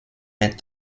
mais